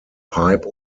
pipe